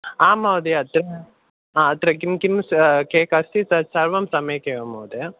आम् महोदय अत्र हा अत्र किं किं केक् अस्ति तत्सर्वं सम्यक् एव महोदय